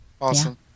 awesome